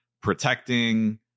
protecting